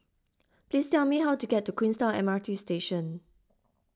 please tell me how to get to Queenstown M R T Station